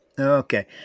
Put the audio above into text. Okay